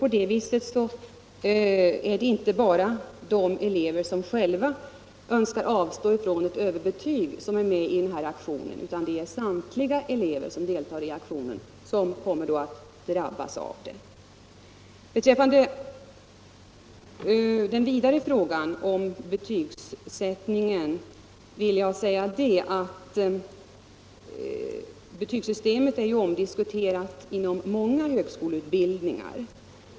På det viset är inte bara de elever som själva önskar avstå från överbetyg med i denna aktion utan samtliga elever i aktionen kommer att drabbas av den. Beträffande den vidare frågan om betygsättningen som sådan vill jag säga, att betygsystemet är omdiskuterat inom många högskoleutbildningar.